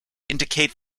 indicate